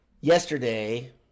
Yesterday